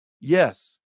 Yes